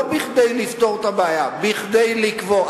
לא כדי לפתור את הבעיה, כדי לקבור.